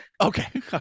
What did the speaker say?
Okay